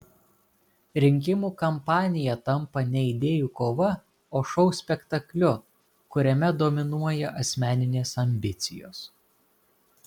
rinkimų kampanija tampa ne idėjų kova o šou spektakliu kuriame dominuoja asmeninės ambicijos